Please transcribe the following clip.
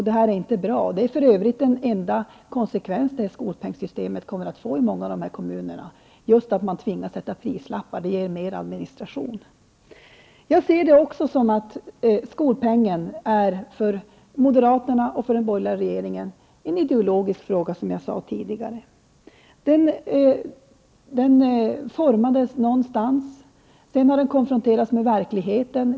Det här är inte bra. Det är för övrigt den enda konsekvensskolpengssystemet kommer att få i många av kommunerna, dvs. just att man tvingas sätta prislappar. Det ger mer administration. Skolpeng är för moderaterna och den borgerliga regeringen en ideologisk fråga. Förslaget formades någonstans, och sedan har skolpengen konfronterats med verkligheten.